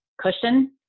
cushion